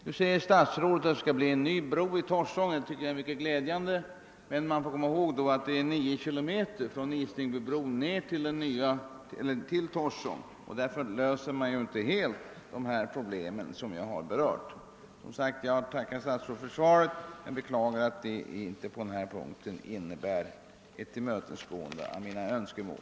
Statsrådet sade att det skall bli en ny bro i Torsång, vilket naturligtvis är mycket glädjande, men man får komma ihåg att avståndet är ca 9 km från Islingbybron till Torsång, varför de problem jag berört inte löses helt genom denna nya bro. Jag tackar som sagt statsrådet för svaret men beklagar att det inte innebär ett tillmötesgående av mina önskemål.